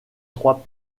trois